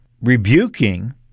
Rebuking